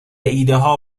ایدهها